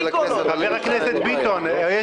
כי את לא ------ עיסאווי אמר במליאה שהליכוד הולך כצאן לטבח,